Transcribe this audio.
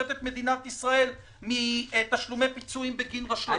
את מדינת ישראל מתשלומי פיצויים בגין רשלנות?